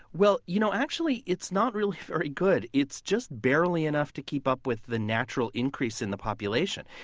well, you know actually, it's not really very good. it's just barely enough to keep up with the natural increase in the population.